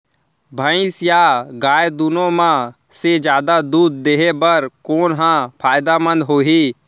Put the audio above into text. भैंस या गाय दुनो म से जादा दूध देहे बर कोन ह फायदामंद होही?